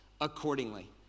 accordingly